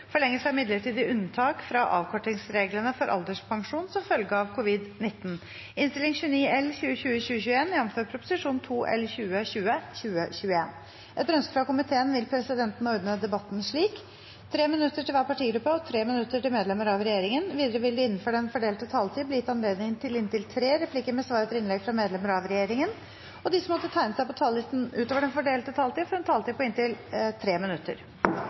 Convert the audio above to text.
minutter til medlemmer av regjeringen. Videre vil det – innenfor den fordelte taletid – bli gitt anledning til replikkordskifte på inntil tre replikker med svar etter innlegg fra medlemmer av regjeringen, og de som måtte tegne seg på talerlisten utover den fordelte taletid, får en taletid på inntil 3 minutter.